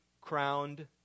crowned